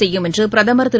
செய்யும் என்று பிரதமர் திரு